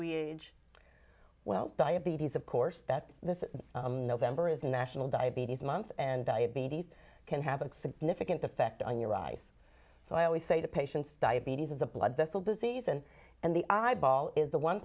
we age well diabetes of course that this november is national diabetes month and diabetes can happen significant effect on your eyes so i always say to patients diabetes is a blood vessel disease and and the eyeball is the one